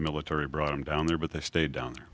military brought them down there but they stay down